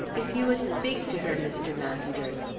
if you would speak to her, mr. masters.